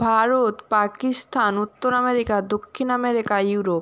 ভারত পাকিস্তান উত্তর আমেরিকা দক্ষিণ America Europe